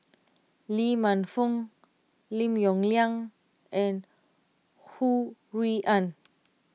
Lee Man Fong Lim Yong Liang and Ho Rui An